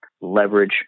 leverage